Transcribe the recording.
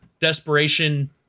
desperation